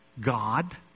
God